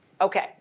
Okay